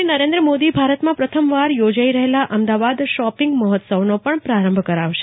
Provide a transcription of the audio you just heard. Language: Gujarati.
શ્રી નરેન્દ્ર મોદી ભારતમાં પ્રથમવાર ચોજાઈ રહેલા અમદાવાદ શોપિંગ મહોત્સવનો પણ પ્રારંભ કરાવશે